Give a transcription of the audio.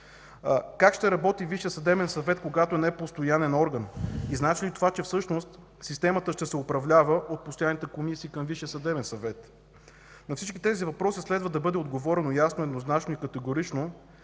съдебен съвет, когато не е постоянен орган и значи ли това, че всъщност системата ще се управлява от постоянните комисии към Висшия съдебен съвет? На всички тези въпроси следва да бъде отговорено ясно, еднозначно и категорично,